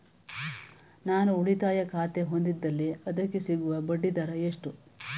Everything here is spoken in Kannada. ನಾನು ಉಳಿತಾಯ ಖಾತೆ ಹೊಂದಿದ್ದಲ್ಲಿ ಅದಕ್ಕೆ ಸಿಗುವ ಬಡ್ಡಿ ದರ ಎಷ್ಟು?